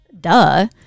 duh